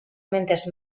mentes